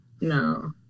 No